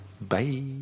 bye